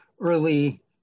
early